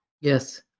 Yes